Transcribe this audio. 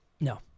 No